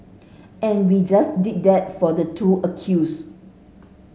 and we just did that for the two accused